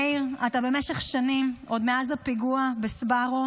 מאיר, אתה במשך שנים, עוד מאז הפיגוע בסבארו,